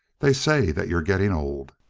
they say that you're getting old.